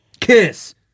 Kiss